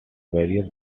various